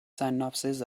synopsis